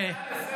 אולי תירגע?